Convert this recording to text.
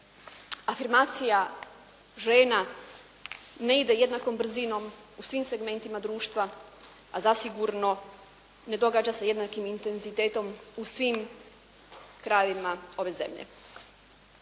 afirmacija žena ne ide jednakom brzinom u svim segmentima društva a zasigurno ne događa se jednakim intenzitetom u svim krajevima ove zemlje.